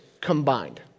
combined